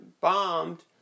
bombed